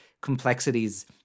complexities